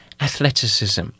athleticism